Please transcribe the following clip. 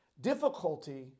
Difficulty